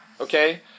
Okay